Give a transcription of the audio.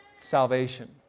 salvation